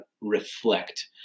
reflect